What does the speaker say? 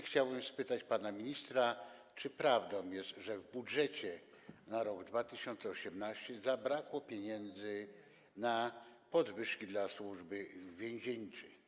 Chciałbym spytać pana ministra, czy prawdą jest, że w budżecie na rok 2018 zabrakło pieniędzy na podwyżki dla Służby Więziennej.